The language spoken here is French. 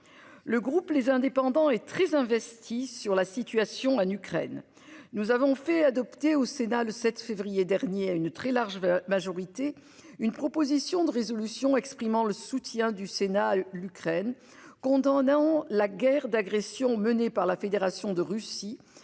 Le groupe les indépendants et très investi sur la situation en Ukraine. Nous avons fait adopter au Sénat le 7 février dernier à une très large majorité une proposition de résolution exprimant le soutien du Sénat l'Ukraine. Condamnant la guerre d'agression menée par la Fédération de Russie